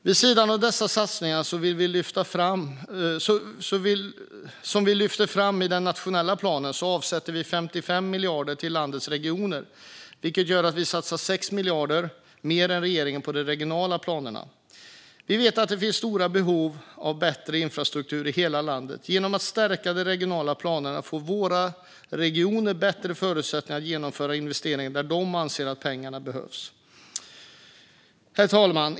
Vid sidan av de satsningar som vi lyfter fram i den nationella planen avsätter vi 55 miljarder till landets regioner, vilket gör att vi satsar 6 miljarder mer än regeringen på de regionala planerna. Vi vet att det finns stora behov av bättre infrastruktur i hela landet. Genom att vi stärker de regionala planerna får våra regioner bättre förutsättningar att genomföra investeringar där de anser att pengarna behövs. Herr talman!